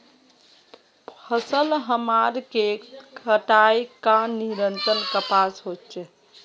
फसल हमार के कटाई का नियंत्रण कपास होचे?